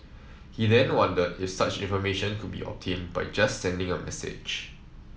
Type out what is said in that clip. he then wondered if such information could be obtained by just sending a message